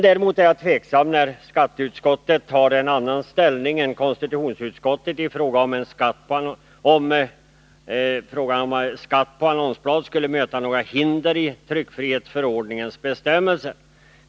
Däremot är jag tveksam när skatteutskottet intar en annan ställning än konstitutionsutskottet i frågan om en skatt på annonsblad skulle möta några hinder i tryckfrihetsförordningens bestämmelser.